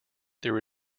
there